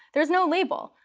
there's no label.